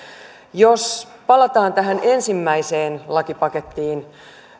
jos palataan tähän ensimmäiseen lakipakettiin